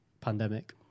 pandemic